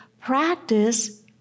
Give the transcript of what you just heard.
practice